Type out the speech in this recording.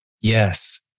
Yes